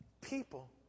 People